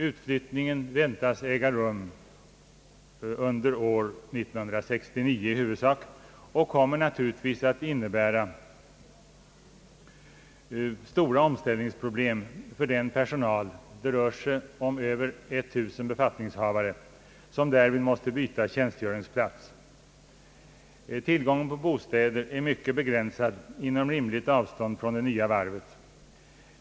Utflyttningen väntas äga rum i huvudsak under år 1969 och kommer naturligtvis att innebära stora omställningsproblem för den personal — det rör sig om över 1000 befattningshavare — som därvid måste byta tjänstgöringsplats. Tillgången på bostäder är myckt begränsad inom rimligt avstånd från det nya varvet.